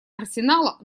арсенала